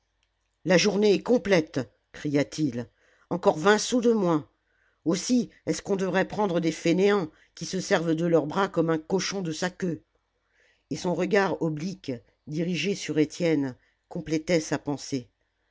la journée est complète cria-t-il encore vingt sous de moins aussi est-ce qu'on devrait prendre des fainéants qui se servent de leurs bras comme un cochon de sa queue et son regard oblique dirigé sur étienne complétait sa pensée